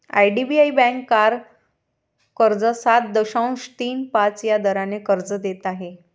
IDBI bank car कर्ज सात दशांश तीन पाच या दराने कर्ज देत आहे